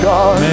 God